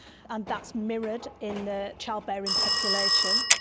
and that's mirrored in the childbearing population.